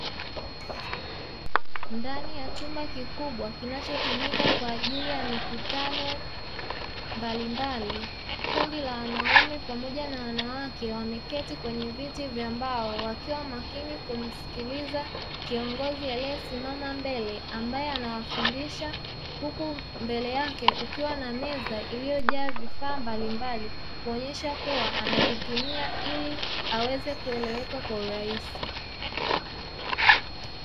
Ndani ya chumba kikubwa kinachotumika kwa ajili ya mikutano mbalimbali, kundi la wanaume pamoja na wanawake wameketi kwenye viti vya mbao, wakiwa makini kumsikiliza kiongozi aliye simama mbele. Ambaye anawafundisha huku mbele yake kukiwa na meza iliyo jaa vifaa mbalimbali, kuonesha kuwa anavitumia ili aweze kueleweka kwa urahisi.